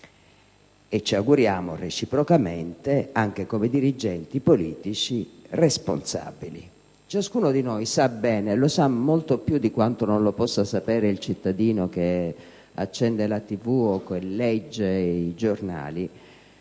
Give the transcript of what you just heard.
e, ci auguriamo reciprocamente, anche come dirigenti politici responsabili. Ciascuno di noi sa bene, molto più di quanto non lo possa sapere il cittadino che accende la TV o che legge i giornali,